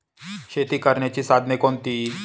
शेती करण्याची साधने कोणती?